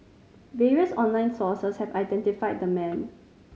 various online sources have identified the man